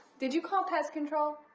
did you call pest control?